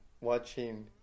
watching